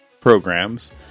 programs